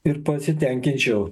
ir pasitenkinčiau